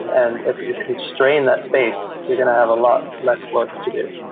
and if you constraint that space, you're going to have a lot less work to do.